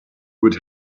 would